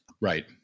Right